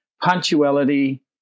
punctuality